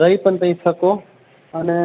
રહી પણ ત્યાં શકો અને